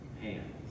hands